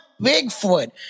Bigfoot